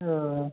अऽ